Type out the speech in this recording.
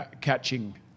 catching